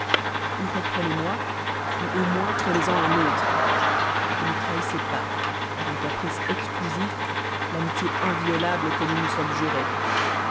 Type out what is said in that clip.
ou reprenez moi ou au moins prenez-en un autre ne trahissez pas par un caprice exclusif l'amitié inviolable que nous nous sommes jurée